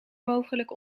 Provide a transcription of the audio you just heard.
mogelijk